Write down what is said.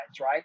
Right